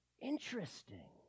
interesting